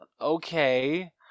okay